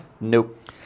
Nope